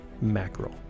mackerel